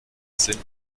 sind